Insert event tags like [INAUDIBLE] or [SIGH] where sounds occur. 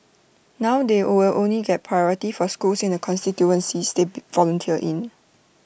now they will only get priority for schools in the constituencies they [UNINTELLIGIBLE] volunteer in